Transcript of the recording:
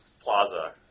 plaza